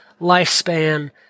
lifespan